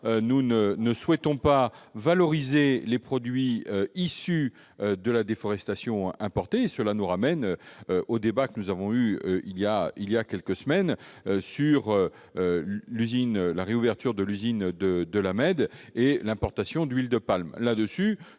nous ne souhaitons pas valoriser les produits issus de la déforestation importée. Cela nous ramène au débat que nous avons eu voilà quelques semaines sur la réouverture de l'usine de La Mède et l'importation d'huile de palme.